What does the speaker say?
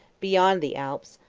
beyond the alps,